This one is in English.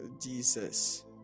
Jesus